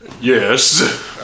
Yes